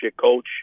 coach